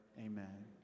Amen